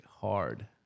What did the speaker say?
hard